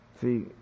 See